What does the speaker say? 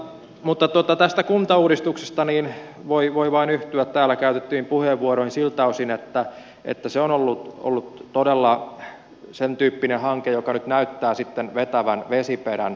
mutta tästä kuntauudistuksesta voi vain yhtyä täällä käytettyihin puheenvuoroihin siltä osin että se on ollut todella sen tyyppinen hanke joka nyt näyttää sitten vetävän vesiperän